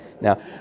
Now